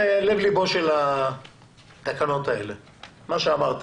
זה לב ליבן של התקנות האלה, מה שאמרת.